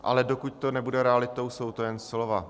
Ale dokud to nebude realitou, jsou to jen slova.